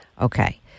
okay